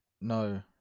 No